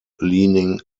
leaning